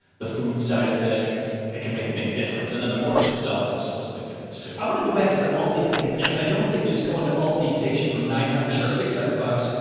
the food side of things, it can make a big difference. and then the mortgage itself was, was a big difference joe too. i want to go back to the aldi thing because i don't think just go into all the takes you from nine hundred six hundred bucks.